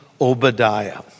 Obadiah